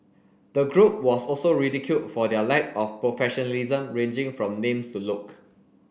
the group was also ridiculed for their lack of professionalism ranging from names to look